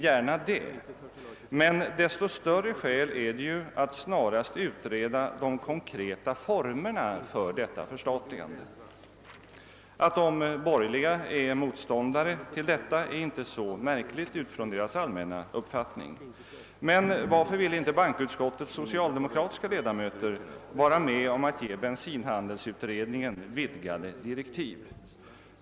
Gärna det, men desto större skäl är det ju att snarast utreda de konkreta formerna för detta förstatligande. Att de borgerliga är motståndare till detta är inte så märkligt med utgångspunkt från deras allmänna uppfattning. Men varför vill inte bankoutskottets socialdemokratiska ledamöter vara med om att ge bensinhandelsutredningen vidgade direktiv?